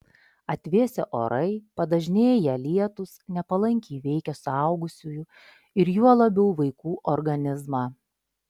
atvėsę orai padažnėję lietūs nepalankiai veikia suaugusiųjų ir juo labiau vaikų organizmą